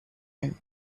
him